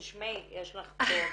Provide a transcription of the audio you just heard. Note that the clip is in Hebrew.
תשמעי, יש לך פה דוגמה.